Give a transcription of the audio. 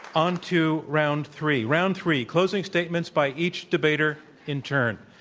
on to round three, round three, closing statements by each debater in turn.